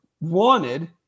wanted